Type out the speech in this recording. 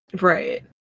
Right